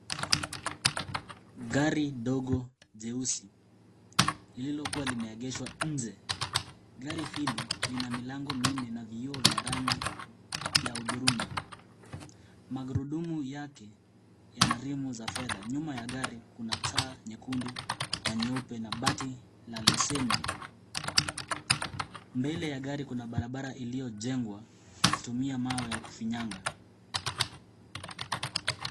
Gari dogo jeusi lililokuwa limeegeshwa nje. Gari hilo lina milango minne na vioo vya rangi ya hudhurungi. Magurudumu yake yana rimu za fedha. Nyuma ya gari kuna taa nyekundu na nyeupe na bati na leseni. Mbele ya gari kuna barabara iliyojengwa kutumia mawe na kufinyanga.